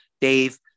Dave